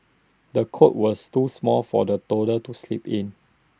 the cot was too small for the toddler to sleep in